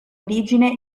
origine